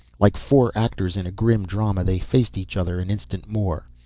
like four actors in a grim drama they faced each other an instant more.